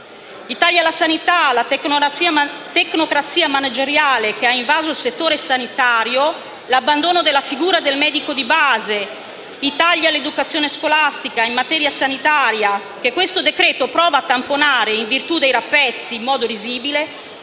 I tagli alla sanità, la tecnocrazia manageriale che ha invaso il settore sanitario, l'abbandono della figura del medico di base, i tagli all'educazione scolastica in materia sanitaria, che questo decreto-legge prova a tamponare in virtù dei rappezzi, in modo risibile,